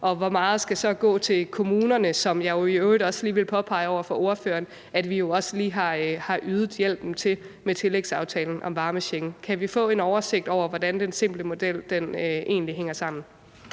og hvor meget skal så gå til kommunerne, som jeg i øvrigt også lige vil påpege over for ordføreren at vi også har ydet hjælpen til med tillægsaftalen om varmechecken? Kan vi få en oversigt over, hvordan den simple model egentlig hænger sammen?